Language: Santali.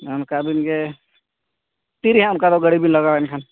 ᱚᱱᱠᱟ ᱟᱹᱵᱤᱱᱜᱮ ᱛᱤᱨᱮ ᱱᱟᱦᱟᱜ ᱚᱱᱠᱟᱫᱚ ᱜᱟᱹᱰᱤᱵᱮᱱ ᱞᱟᱜᱟᱣᱟ ᱮᱱᱠᱷᱟᱱ